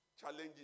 challenges